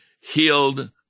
healed